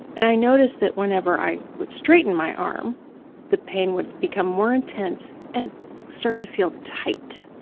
and i noticed that whenever i would straighten my arm the pain would become more intense and start to feel tight.